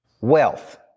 wealth